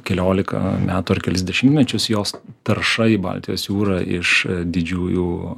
keliolika metų ar kelis dešimtmečius jos tarša į baltijos jūrą iš didžiųjų